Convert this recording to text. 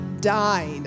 died